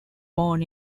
born